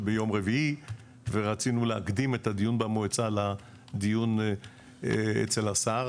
ביום רביעי ורצינו להקדים את הדיון במועצה לדיון אצל השר,